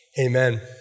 Amen